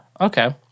Okay